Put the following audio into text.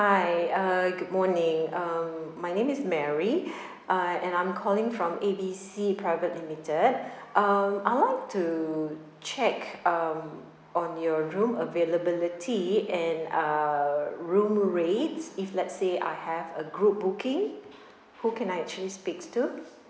hi uh good morning um my name is mary uh and I'm calling from A B C private limited um I'll like to check um on your room availability and uh room rates if let's say I have a group booking who can I actually speaks to